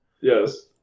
Yes